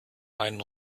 einen